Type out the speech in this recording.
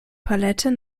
palette